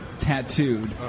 tattooed